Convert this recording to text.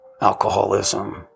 Alcoholism